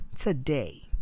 today